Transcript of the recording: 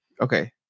Okay